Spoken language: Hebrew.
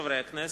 חברי הכנסת,